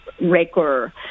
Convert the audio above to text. record